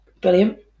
Brilliant